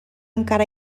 encara